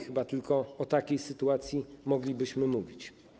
Chyba tylko w takiej sytuacji moglibyśmy o tym mówić.